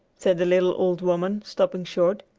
said the little old woman, stopping short.